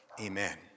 Amen